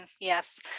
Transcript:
Yes